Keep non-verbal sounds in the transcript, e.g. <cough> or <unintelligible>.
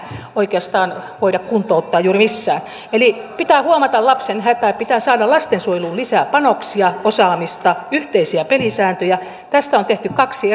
oikeastaan voida kuntouttaa juuri missään eli pitää huomata lapsen hätä pitää saada lastensuojeluun lisää panoksia osaamista yhteisiä pelisääntöjä tästä on tehty kaksi <unintelligible>